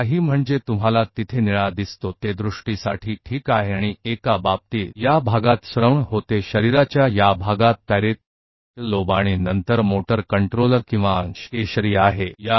कुछ तो आप वहां नीले रंग को देखते हैं यह दृष्टि के लिए ठीक हैऔर एक मामले में इस क्षेत्र में सुनवाई होती है शरीर के इस भाग पैराइटल लोब मैं सब ठीक है और फिर मोटर कंट्रोलर या फ्रेक्शन या यह नारंगी वाला होता है